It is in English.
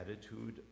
attitude